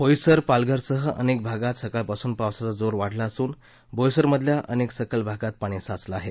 बोईसर पालघरसह अनेक भागांत सकाळपासून पावसाचा जोर वाढला असून बोईसरमधल्या अनेक सखल भागात पाणी साचल आहे